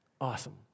awesome